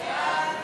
חוק הרשויות